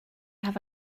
have